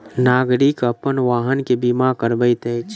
नागरिक अपन वाहन के बीमा करबैत अछि